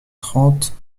trente